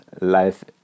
life